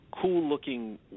cool-looking